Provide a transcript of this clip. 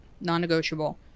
non-negotiable